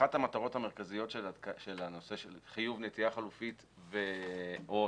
אחת המטרות המרכזיות של הנושא של חיוב נטיעה חלופית ו/או